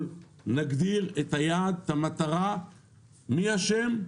נגדיר את היעד ואת המטרה ונמצא גם מי אשם,